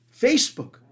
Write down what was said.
Facebook